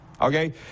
okay